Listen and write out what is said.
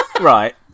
Right